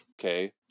okay